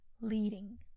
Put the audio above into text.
leading